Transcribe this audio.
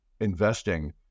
investing